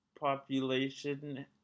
population